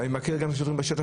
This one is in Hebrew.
ואני מכיר גם שוטרים בשטח,